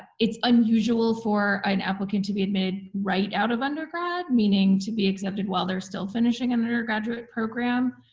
it's unusual for an applicant to be admitted right out of undergrad, meaning to be accepted while they're still finishing and an undergraduate program